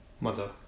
mother